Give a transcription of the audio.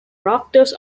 rafters